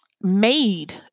made